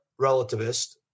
relativist